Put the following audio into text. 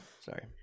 Sorry